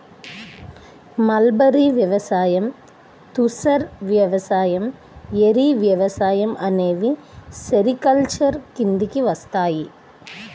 mulberry వ్యవసాయం, తుసర్ వ్యవసాయం, ఏరి వ్యవసాయం అనేవి సెరికల్చర్ కిందికి వస్తాయి